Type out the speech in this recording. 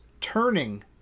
turning